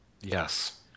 Yes